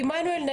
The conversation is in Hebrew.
עמנואל,